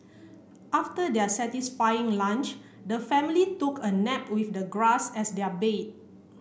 after their satisfying lunch the family took a nap with the grass as their bed